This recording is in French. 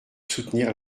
soutenir